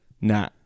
Nah